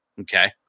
Okay